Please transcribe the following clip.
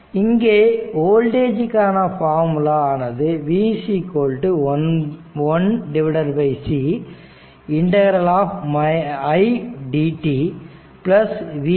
இங்கே வோல்டேஜ்கான பார்முலா ஆனது v1c ∫ idt v 0